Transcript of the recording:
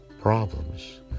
problems